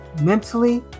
mentally